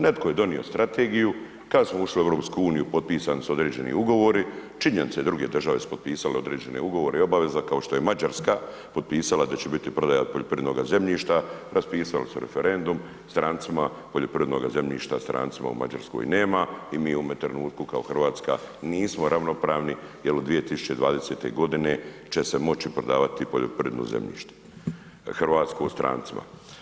Netko je donio strategiju, kad smo ušli u EU potpisani su određeni ugovori, činjenica i druge države su potpisale određene ugovore i obaveze kao što je Mađarska potpisala da će biti prodaja poljoprivrednoga zemljišta, raspisali su referendum, strancima poljoprivrednoga zemljišta strancima u Mađarskoj nema i mi u ovome trenutku kao Hrvatska nismo ravnopravni jer od 2020. godine će se moći prodavati poljoprivredno zemljište hrvatsko strancima.